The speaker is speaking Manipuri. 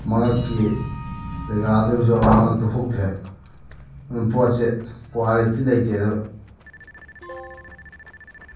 ꯃꯉꯛꯀꯤ ꯖꯥꯒꯥꯗꯨꯕꯨꯁꯨ ꯃꯉꯛꯇꯨ ꯍꯨꯛꯊꯔꯦ ꯑꯗꯨꯅ ꯄꯣꯠꯁꯦ ꯀ꯭ꯋꯥꯂꯤꯇꯤ ꯂꯩꯇꯦꯗ